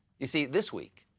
you see, this week,